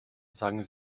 sagen